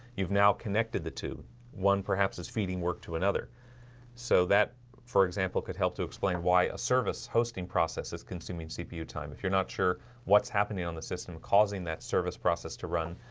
you've now connected the two one perhaps is feeding work to another so that for example could help to explain why a service hosting process is consuming cpu time if you're not sure what's happening on the system causing that service process to run?